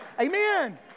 Amen